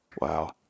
Wow